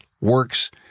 works